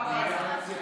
מה הבעיה?